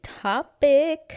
topic